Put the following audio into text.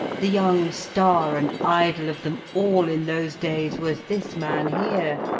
the young star and idol of them all in those days was this man here,